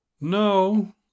No